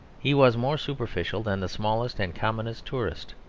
he was more superficial than the smallest and commonest tourist.